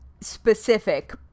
specific